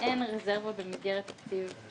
במסגרת תקציב המשכי.